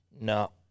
No